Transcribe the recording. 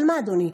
על מה, אדוני?